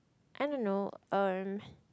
I don't know um